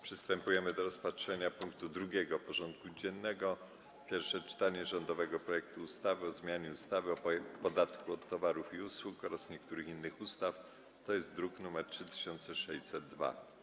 Przystępujemy do rozpatrzenia punktu 2. porządku dziennego: Pierwsze czytanie rządowego projektu ustawy o zmianie ustawy o podatku od towarów i usług oraz niektórych innych ustaw (druk nr 3602)